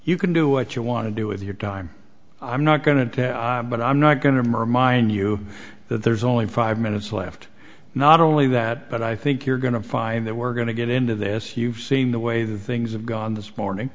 you can do what you want to do with your time i'm not going to but i'm not going to murder mind you that there's only five minutes left not only that but i think you're going to find that we're going to get into this you've seen the way things have gone this morning